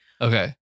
Okay